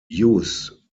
use